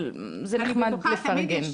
אבל זה נחמד לפרגן.